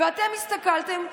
ואתם הסתכלתם.